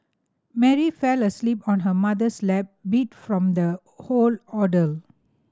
Mary fell asleep on her mother's lap beat from the whole ordeal